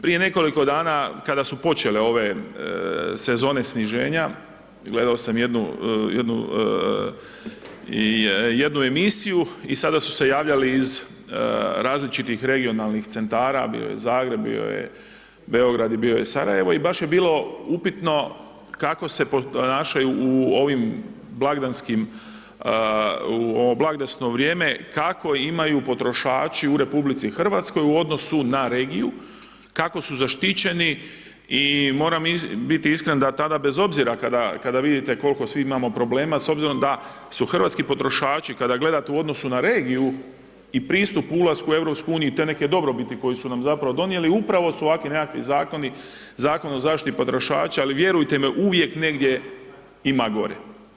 Prije nekoliko dana kada su počele ove sezone sniženja, gledao sam jednu emisiju i sada su se javljali iz različitih regionalnih centara, bio je Zagreb, bio je Beograd i bio je Sarajevo i baš je bilo upitno kako se ponašaju u ovo blagdansko vrijeme, kako imaju potrošači u RH u odnosu na regiju, kako su zaštićeni i moram biti iskren da tada bez obzora kada vidite koliko svi imao problema s obzirom da su hrvatski potrošači kada gledate u odnosu na regiju i pristup ulasku u EU-u i te neke dobrobiti koje su nam zapravo donijeli, upravo su ovakvi nekakvi zakoni, Zakon o zaštiti potrošača jer vjerujte mi, uvijek negdje ima gore.